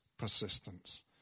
persistence